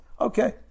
Okay